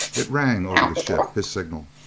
it rang over the ship. his signal!